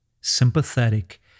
sympathetic